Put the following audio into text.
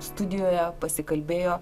studijoje pasikalbėjo